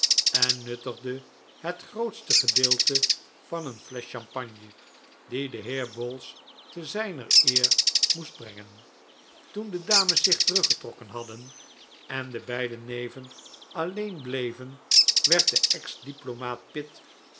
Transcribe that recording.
en nuttigde het grootste gedeelte van een flesch champagne die de heer bowls te zijner eer moest brengen toen de dames zich teruggetrokken hadden en de beide neven alleen bleven werd de ex diplomaat pitt